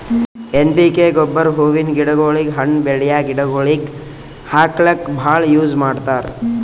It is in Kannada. ಎನ್ ಪಿ ಕೆ ಗೊಬ್ಬರ್ ಹೂವಿನ್ ಗಿಡಗೋಳಿಗ್, ಹಣ್ಣ್ ಬೆಳ್ಯಾ ಗಿಡಗೋಳಿಗ್ ಹಾಕ್ಲಕ್ಕ್ ಭಾಳ್ ಯೂಸ್ ಮಾಡ್ತರ್